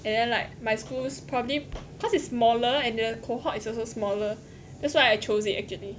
and then like my school's probably cause is smaller and the cohort is also smaller that's why I chose it actually